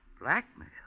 Blackmail